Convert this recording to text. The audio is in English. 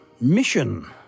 mission